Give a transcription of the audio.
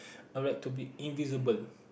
I'd like to be invisible